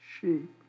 sheep